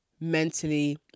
mentally